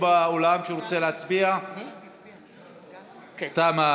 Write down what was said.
(קוראת בשם חבר הכנסת) זאב אלקין,